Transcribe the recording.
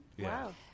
Wow